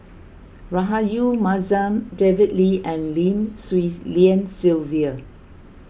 Rahayu Mahzam David Lee and Lim Swee Lian Sylvia